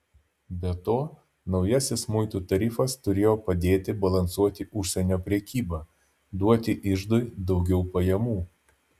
be to naujasis muitų tarifas turėjo padėti balansuoti užsienio prekybą duoti iždui daugiau pajamų